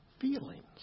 feelings